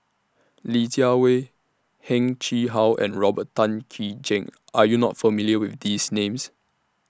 Li Jiawei Heng Chee How and Robert Tan Jee Keng Are YOU not familiar with These Names